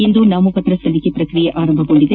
ಇಂದು ನಾಮಪತ್ರ ಸಲ್ಲಿಕೆ ಪ್ರಕ್ರಿಯೆ ಆರಂಭಗೊಂಡಿದೆ